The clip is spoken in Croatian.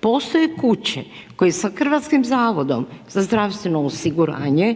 Postoje kuće koje sa Hrvatskim zavodom za zdravstveno osiguranje